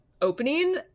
opening